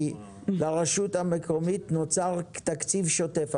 כי לרשות המקומית נוצר תקציב שוטף.